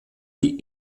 die